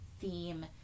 theme